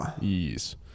Yes